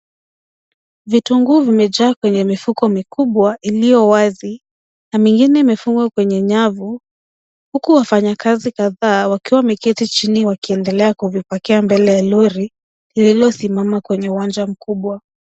Vitunguu vimejaa kwenye mifuko mikubwa iliyo wazi na mengine imefungwa kwenye nyavu, huku wafanyakazi kadhaa wakiwa wameketi chini wakiendelea kuvipakia mbele ya lori lililosimama kwenye uwanja mkubwa.